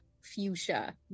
Fuchsia